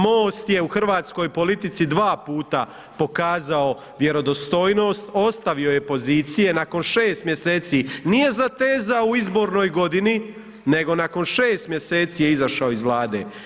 MOST je u hrvatskoj politici dva puta pokazao vjerodostojnost, ostavio je pozicije nakon 6 mjeseci, nije zatezao u izbornoj godini nego nakon 6 mjeseci je izašao iz Vlade.